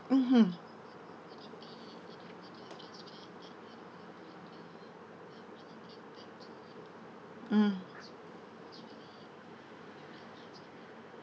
mmhmm mm